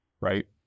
right